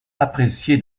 apprécié